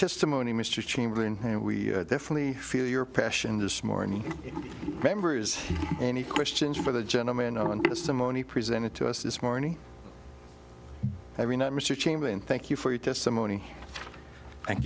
testimony mr chamberlain and we definitely feel your passion this morning members any questions for the gentlemen on the simone he presented to us this morning every night mr chamberlain thank you for your testimony thank